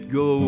go